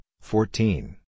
fourteen